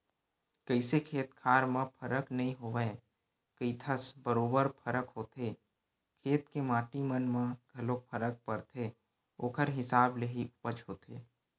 कइसे खेत खार म फरक नइ होवय कहिथस बरोबर फरक होथे खेत के माटी मन म घलोक फरक परथे ओखर हिसाब ले ही उपज होथे